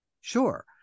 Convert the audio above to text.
Sure